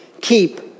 keep